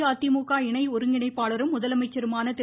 அஇஅதிமுக இணை ஒருங்கிணைப்பாளரும் முதலமைச்சருமான திரு